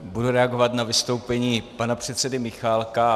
Budu reagovat na vystoupení pana předsedy Michálka.